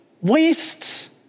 wastes